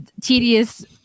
tedious